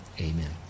amen